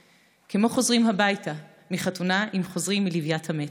/ כמו חוזרים הביתה מחתונה עם חוזרים מלוויית המת.